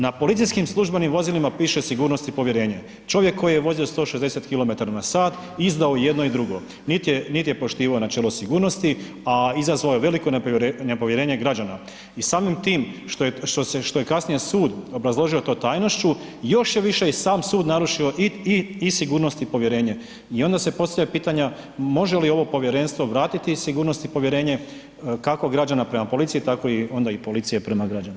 Na policijskim službenim vozilima piše „Sigurnost i povjerenje“, čovjek koji je vozio 160 km/h, izdao jedno i drugo, nit je poštivao načelo sigurnosti, a izazvao je veliko nepovjerenje građana i samim tim što je kasnije sud obrazložio to tajnošću, još je više i sam sud narušio i sigurnost i povjerenje i onda se postavlja pitanja može li ovo povjerenstvo vratiti sigurnost i povjerenje kako građana prema policiji, tako onda i policije prema građanima.